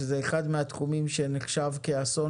שזה אחד מהתחומים שנחשב כאסון,